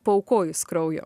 paaukojus kraujo